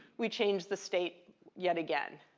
we change the state yet again.